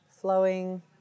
flowing